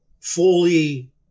fully